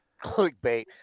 Clickbait